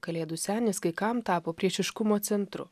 kalėdų senis kai kam tapo priešiškumo centru